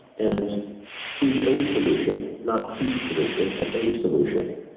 and is a solution, not the solution, but a solution,